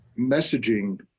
messaging